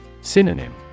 Synonym